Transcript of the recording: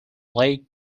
lake